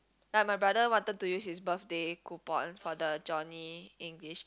like my brother wanted to use his birthday coupon for the Johnny-English